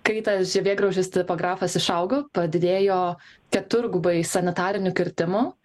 kai tas žievėgraužis tipografas išaugo padidėjo keturgubai sanitarinių kirtimų